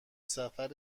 سفر